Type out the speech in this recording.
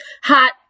Hot